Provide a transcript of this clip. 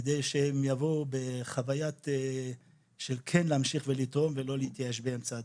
כדי שהם יבואו בחוויה של כן להמשיך ולתרום ולא להתייאש באמצע הדרך.